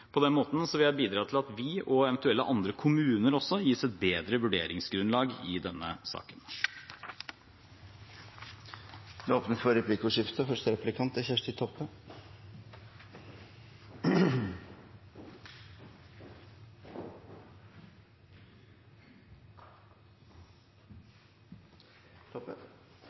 På den måten vil jeg bidra til at vi og eventuelle andre kommuner gis et bedre vurderingsgrunnlag i denne saken. Det blir replikkordskifte.